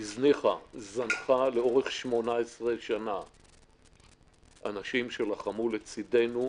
היא זנחה לאורך 18 שנים אנשים שלחמו לצדנו,